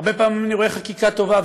הרבה פעמים אני רואה חקיקה טובה,